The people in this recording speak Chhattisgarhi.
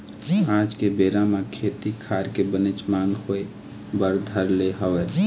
आज के बेरा म खेती खार के बनेच मांग होय बर धर ले हवय